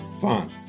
fun